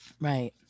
Right